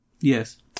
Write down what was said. Yes